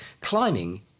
Climbing